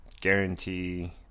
guarantee